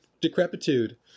decrepitude